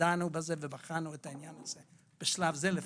דנו בזה ובחנו את העניין הזה, בשלב זה לפחות.